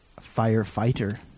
firefighter